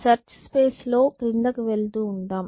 search space లో క్రిందకు వెళుతూ ఉంటాం